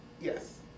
Yes